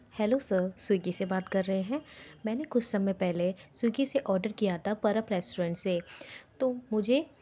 hello sir Swiggy से बात कर रहे हैं मैंने कुछ समय पहले स्विग्गी से आर्डर किया था रेस्टोरेंट से तो मुझे